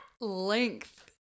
length